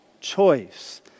choice